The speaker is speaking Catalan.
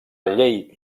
llei